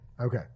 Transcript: Okay